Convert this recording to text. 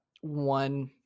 one